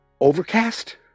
Overcast